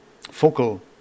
focal